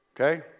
Okay